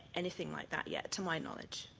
anything like that, yet to my knowledge.